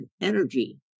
energy